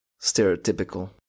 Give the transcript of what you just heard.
stereotypical